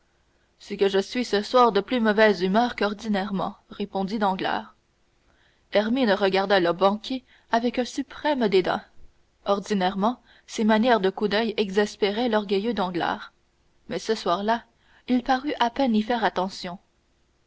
c'est que je suis ce soir de plus mauvaise humeur qu'ordinairement répondit danglars hermine regarda le banquier avec un suprême dédain ordinairement ces manières de coup d'oeil exaspéraient l'orgueilleux danglars mais ce soir-là il parut à peine y faire attention